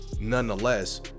nonetheless